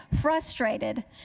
frustrated